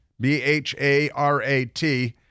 B-H-A-R-A-T